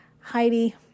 Heidi